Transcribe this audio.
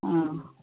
आं